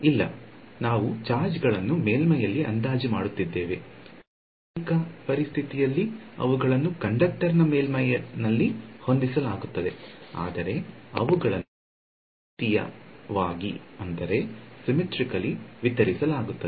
ಇಲ್ಲ ನಾವು ಚಾರ್ಜ್ ಗಳನ್ನು ಮೇಲ್ಮೈಯಲ್ಲಿ ಅಂದಾಜು ಮಾಡುತ್ತಿದ್ದೇವೆ ವಾಸ್ತವಿಕ ಪರಿಸ್ಥಿತಿಯಲ್ಲಿ ಅವುಗಳನ್ನು ಕಂಡಕ್ಟರ್ನ ಮೇಲ್ಮೈ ನಲ್ಲಿ ಹೊದಿಸಲಾಗುತ್ತದೆ ಆದರೆ ಅವುಗಳನ್ನು ಸಮ್ಮಿತೀಯವಾಗಿ ವಿತರಿಸಲಾಗುತ್ತದೆ